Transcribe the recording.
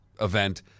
event